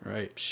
Right